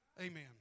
Amen